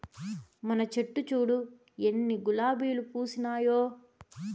మన చెట్లు చూడు ఎన్ని గులాబీలు పూసినాయో